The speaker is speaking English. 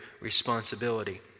responsibility